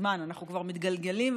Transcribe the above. כשאנחנו דיברנו על זה לפני כמה חודשים,